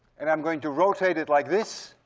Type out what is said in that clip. and i'm going to rotate it like this